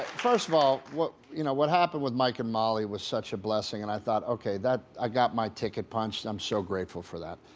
first of all, what you know what happened with mike and molly was such a blessing and i thought, okay, i got my ticket punched, i'm so grateful for that.